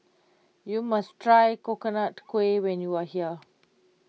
you must try Coconut Kuih when you are here